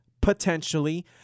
Potentially